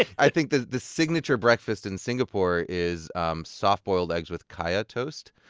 i think the the signature breakfast in singapore is um soft-boiled eggs with kaya toast.